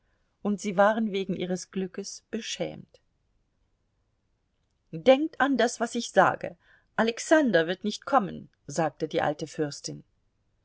und sie waren wegen ihres glückes beschämt denkt an das was ich sage alexander wird nicht kommen sagte die alte fürstin